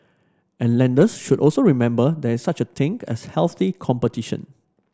and lenders should also remember there is such a thing as healthy competition